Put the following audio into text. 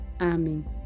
Amen